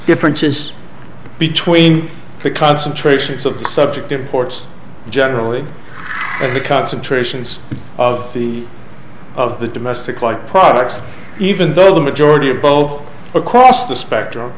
differences between the concentrations of subject imports generally and the concentrations of the of the domestic like products even though the majority of both across the spectrum